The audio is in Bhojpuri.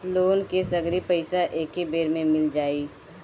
लोन के सगरी पइसा एके बेर में मिल जाई?